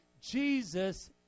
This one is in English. Jesus